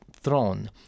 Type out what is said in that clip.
throne